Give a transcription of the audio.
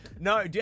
No